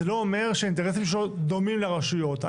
לא אומר שהאינטרסים שלו דומים לרשויות.